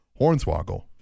Hornswoggle